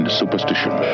superstition